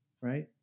right